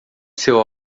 seu